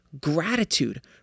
Gratitude